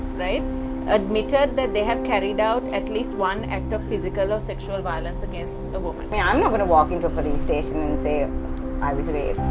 admitted that they have carried out at least one act of physical or sexual violence against a woman. i mean, i'm not going to walk into a police station and say ah i was raped.